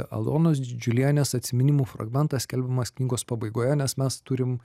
alonos džiulienės atsiminimų fragmentas skelbiamas knygos pabaigoje nes mes turim